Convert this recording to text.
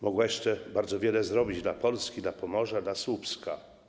Mogła jeszcze bardzo wiele zrobić dla Polski, dla Pomorza, dla Słupska.